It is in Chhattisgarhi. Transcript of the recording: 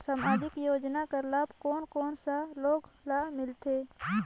समाजिक योजना कर लाभ कोन कोन सा लोग ला मिलथे?